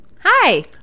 Hi